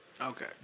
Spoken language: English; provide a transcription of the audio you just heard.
Okay